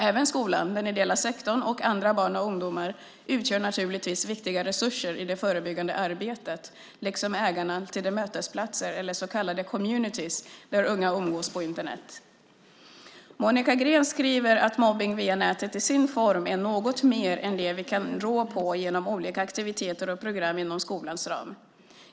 Även skolan, den ideella sektorn och andra barn och ungdomar utgör naturligtvis viktiga resurser i det förebyggande arbetet, liksom ägarna till de mötesplatser, eller så kallade communities , där unga umgås på Internet. Monica Green skriver att mobbning via nätet till sin form är något mer än det vi kan rå på genom olika aktiviteter och program inom skolans ram.